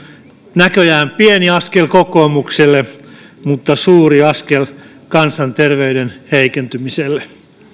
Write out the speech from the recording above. näköjään pieni askel kokoomukselle mutta suuri askel kansanterveyden heikentymiselle